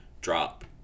Drop